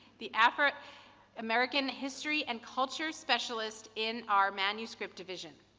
the afro american history and cultural specialist in our manuscript division.